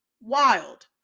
Wild